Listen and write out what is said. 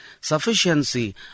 sufficiency